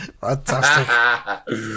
Fantastic